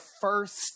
first